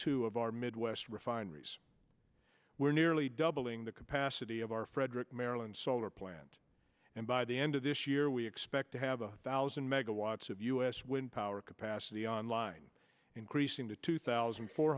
two of our midwest refineries were nearly doubling the capacity of our frederick maryland solar plant and by the end of this year we expect to have a thousand megawatts of u s wind power capacity online increasing to two thousand four